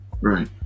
Right